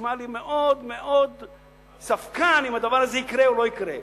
נשמע לי מאוד מאוד ספקן אם הדבר הזה יקרה או לא יקרה.